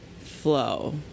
flow